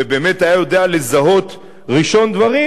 ובאמת היה יודע לזהות ראשון דברים,